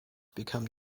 become